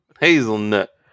Hazelnut